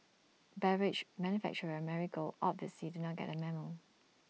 beverage manufacturer and Marigold obviously did not get the memo